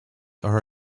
are